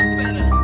better